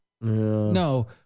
No